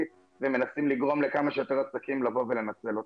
ומנסים לגרום לכמה שיותר עסקים לבוא ולנצל אותה.